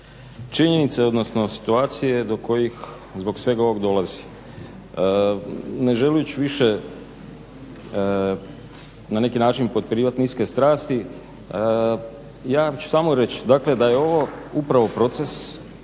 činjenice odnosno situacije do kojih zbog svega ovog dolazi. Ne želim ići više na neki način potpirivat niske strasti, ja ću samo reći, dakle da je ovo upravo proces